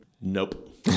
Nope